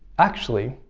actually,